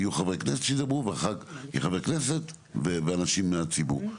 יהיו חברי כנסת שידברו ואנשים מהציבור.